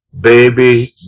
baby